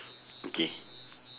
okay